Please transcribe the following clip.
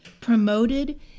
promoted